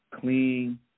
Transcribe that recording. clean